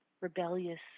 rebellious